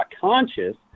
conscious